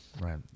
right